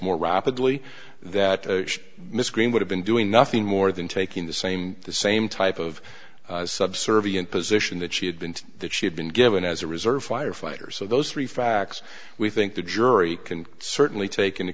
more rapidly that miss green would have a doing nothing more than taking the same the same type of subservient position that she had been to that she had been given as a reserve firefighters so those three facts we think the jury can certainly take into